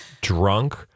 drunk